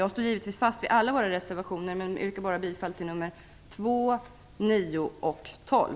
Jag står givetvis fast vid alla våra reservationer, men yrkar bifall bara till nr 2, 9 och 12.